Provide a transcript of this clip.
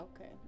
okay